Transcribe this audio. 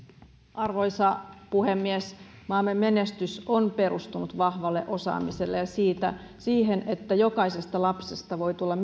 arvoisa puhemies maamme menestys on perustunut vahvaan osaamiseen ja siihen että jokaisesta lapsesta voi tulla